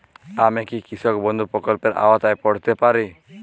আমি কি কৃষক বন্ধু প্রকল্পের আওতায় পড়তে পারি?